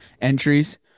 entries